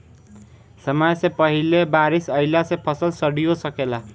समय से पहिले बारिस अइला से फसल सडिओ सकेला